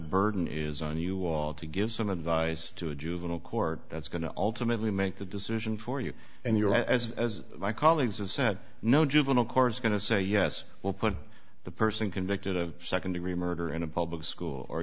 burden is on you all to give some advice to a juvenile court that's going to ultimately make the decision for you and your as as my colleagues as sent no juvenile court is going to say yes well put the person convicted of second degree murder in a public school or